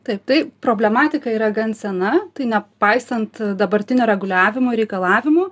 taip tai problematika yra gan sena tai nepaisant dabartinio reguliavimo ir reikalavimų